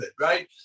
right